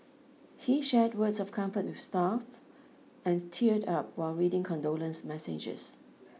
he shared words of comfort with staff and teared up while reading condolence messages